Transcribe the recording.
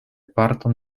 parton